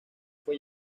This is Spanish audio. fue